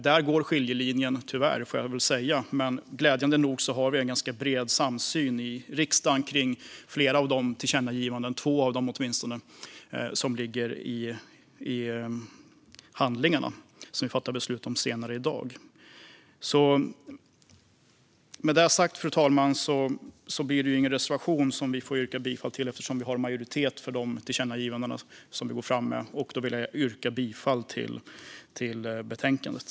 Där går skiljelinjen - tyvärr, får jag väl säga. Men glädjande nog har vi en ganska bred samsyn i riksdagen kring två av de tillkännagivanden som ligger i de handlingar som vi fattar beslut om senare i dag. Med detta sagt, fru talman, blir det ingen reservation att yrka bifall till eftersom vi har majoritet för de tillkännagivanden vi går fram med. Jag vill yrka bifall till utskottets förslag i betänkandet.